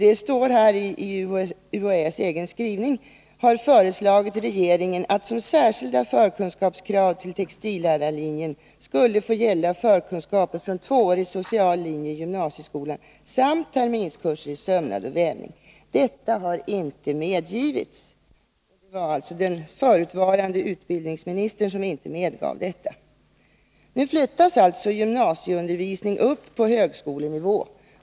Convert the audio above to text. I UHÄ:s egen skrivelse står det: ”UHÄ har föreslagit regeringen att som särskilda förkunskapskrav till textillärarlinjen skulle få gälla förkunskaper från tvåårig social linje i gymnasieskolan samt terminskurser i sömnad och vävning. Detta har inte medgivits.” Det var alltså den förutvarande utbildningsministern som inte medgav detta. Nu flyttas således gymnasieundervisning upp på högskolenivå.